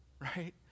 right